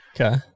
Okay